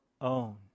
own